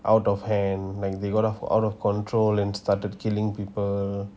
out of hand like they got out for out of control and start to killing people